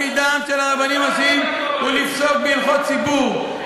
הוא לפסוק בהלכות ציבור,